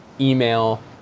email